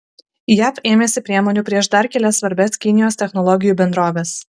jav ėmėsi priemonių prieš dar kelias svarbias kinijos technologijų bendroves